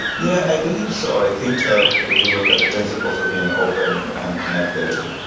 yeah, i believe so. i think that if you look at the principles of being open and connected,